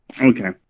Okay